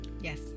Yes